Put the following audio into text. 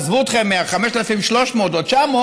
עזבו אתכם מה-5,300 או 5,900,